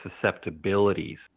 susceptibilities